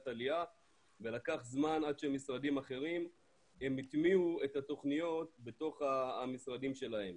עלייה ולקח זמן עד שמשרדים אחרים הטמיעו את התוכניות בתוך המשרדים שלהם.